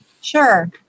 Sure